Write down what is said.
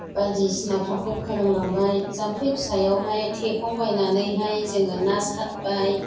बायदिसिनाफोरखौ फोरोंलांबाय जाम्फै फिसायावहाय थेखांबायनानैहाय जोङो ना सारबाय